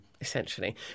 essentially